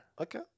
Okay